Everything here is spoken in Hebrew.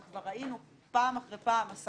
שכבר ראינו פעם אחרי פעם,